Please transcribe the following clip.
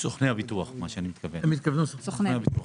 אני מתכוון סוכני הביטוח.